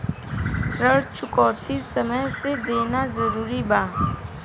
ऋण चुकौती समय से देना जरूरी बा?